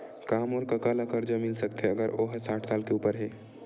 का मोर कका ला कर्जा मिल सकथे अगर ओ हा साठ साल से उपर हे?